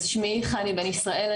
שמי חני בן ישראל,